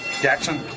Jackson